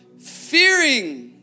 fearing